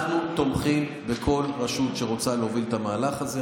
אנחנו תומכים בכל רשות שרוצה להוביל את המהלך הזה.